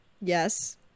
Yes